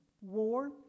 war